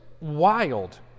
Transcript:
wild